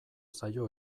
zaio